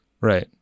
Right